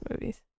movies